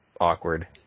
awkward